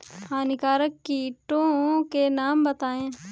हानिकारक कीटों के नाम बताएँ?